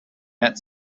met